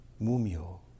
mumio